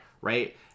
Right